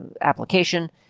application